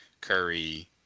Curry